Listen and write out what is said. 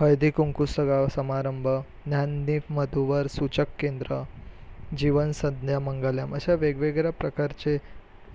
हळदी कुंकू सगा समारंभ ज्ञानदीप वधू वर सूचक केंद्र जीवनसंध्या मंगलम अशा वेगवेगळ्या प्रकारचे